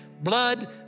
blood